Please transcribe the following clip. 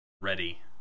ready